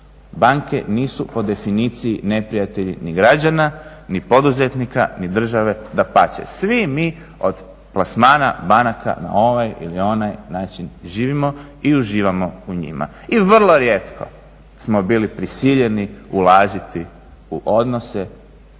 Banke nisu po definiciji neprijatelji ni građana, ni poduzetnika, ni države. Dapače, svi mi od plasmana banaka na ovaj ili onaj način živimo i uživamo u njima i vrlo rijetko smo bili prisiljeni ulaziti u odnosu